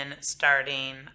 starting